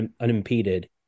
unimpeded